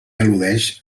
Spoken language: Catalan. al·ludeix